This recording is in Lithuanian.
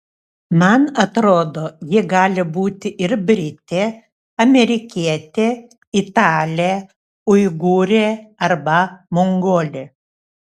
man atrodė ji gali būti ir britė amerikietė italė uigūrė arba mongolė